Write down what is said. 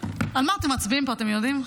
על מה אתם מצביעים פה, אתם יודעים?